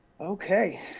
Okay